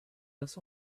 was